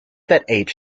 that